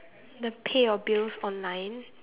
the pay your bills online